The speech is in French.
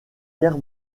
guerre